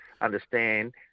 understand